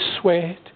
sweat